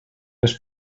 les